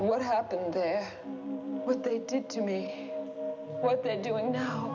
what happened there was they did to me what they're doing now